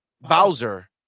Bowser